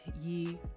ye